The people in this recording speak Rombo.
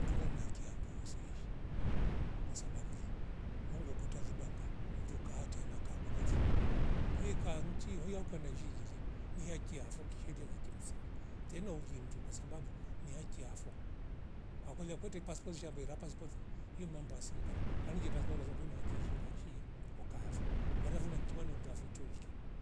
Ndule nakia ndozeishi kwasababu le mungu kuta libanga mndu katia na kakulafo kwa hio ika nchi hoya kwa kuwa na jijile ni haki yavo kishelia la kimsingi tena ulindwe kwasababu ni haki yafo kwakulia paspoti shambwera paspote iyo mambo ya serikali pangia paspote kwasabu wena kishiinda nshia okavo kwa riavuma nchwane nchwavo choweiki